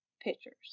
pictures